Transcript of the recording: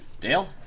Dale